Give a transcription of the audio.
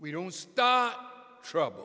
we don't start trouble